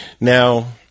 Now